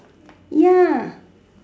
ya